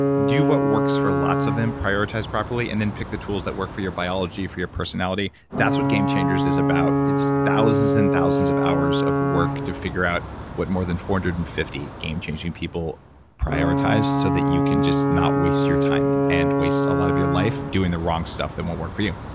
do what works for lots of them. prioritize properly. and then pick the tools that work for your biology, for your personality. that's what game changers is about. it's thousands and thousands of hours of work to figure out what more than four hundred and fifty game-changing people prioritized so that you can just not waste your time and and waste a lot of your life doing the wrong stuff that won't work for you.